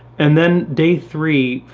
and then day three,